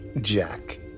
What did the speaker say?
Jack